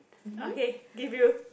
okay give you